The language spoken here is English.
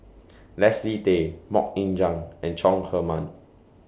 Leslie Tay Mok Ying Jang and Chong Herman